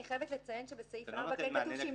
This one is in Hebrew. אני חייבת לציין שבסעיף 4 כן כתוב שאם